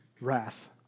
wrath